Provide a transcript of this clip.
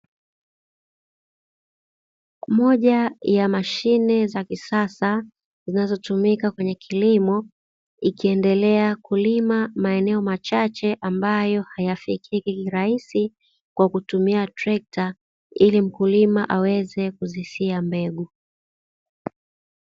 Moja ya mashine za kisasa zinazotumika kwenye kilimo, ikiendelea kulima katika maeneo machache ambayo hayafikiki kirahisi kwa kutumia trekta ili mkulima aweze kuzisiha mbegu.